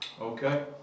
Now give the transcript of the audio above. Okay